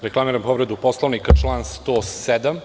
Reklamiram povredu Poslovnika član 107.